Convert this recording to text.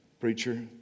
Preacher